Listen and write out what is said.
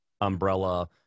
umbrella